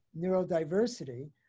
neurodiversity